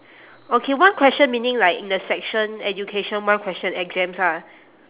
okay one question meaning like in the section education one question exams ah